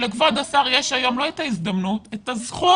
לכבוד השר יש היום לא את ההזדמנות אלא יש לו